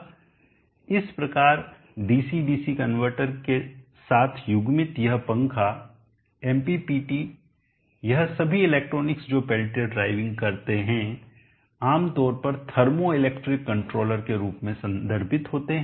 इस प्रकारडीसी DC converter के साथ युग्मित यह पंखा MPPT यह सभी इलेक्ट्रॉनिक्स जो पेल्टियर ड्राइविंग करते हैं आमतौर पर थर्मो इलेक्ट्रिक कंट्रोलर के रूप में संदर्भित होते हैं